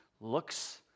looks